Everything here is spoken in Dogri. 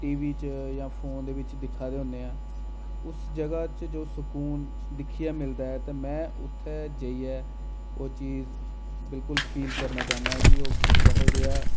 टीवी च फोन दे बिच दिक्खा दे होन्ने आं उस जगह् च जो सकून दिक्खियै मिलदा ऐ ते में उत्थै जाइयै ओह् चीज बिल्कुल फील करना चाह्न्ना ऐ कि ओह् केह् जेहा